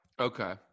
Okay